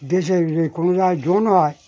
দেশে কোনো জায়গায় জন হয়